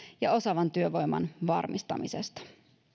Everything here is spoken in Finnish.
ja osaavan työvoiman varmistamisesta